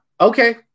Okay